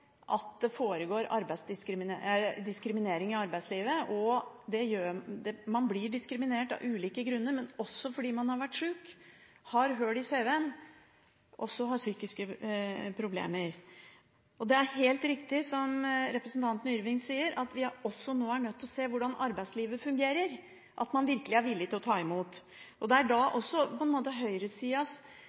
viktig. Det foregår diskriminering i arbeidslivet. Man blir diskriminert av ulike grunner, fordi man har vært syk, har hull i CV-en, eller fordi man har psykiske problemer. Det er helt riktig – som representanten Yrvin sa – at vi også er nødt til å se på hvordan arbeidslivet fungerer, om man virkelig er villig til å ta imot folk med helseproblemer. Høyresidens manglende innsats mot sosial dumping kommer her i et grelt lys, for det er